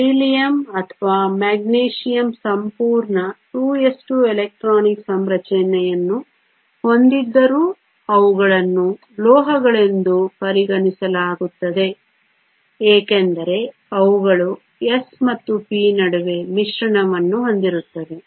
beryllium ಅಥವಾ magnesium ಸಂಪೂರ್ಣ 2s2 electronic ಸಂರಚನೆಯನ್ನು ಹೊಂದಿದ್ದರೂ ಅವುಗಳನ್ನು ಲೋಹಗಳೆಂದು ಪರಿಗಣಿಸಲಾಗುತ್ತದೆ ಏಕೆಂದರೆ ಅವುಗಳು s ಮತ್ತು p ನಡುವೆ ಮಿಶ್ರಣವನ್ನು ಹೊಂದಿರುತ್ತವೆ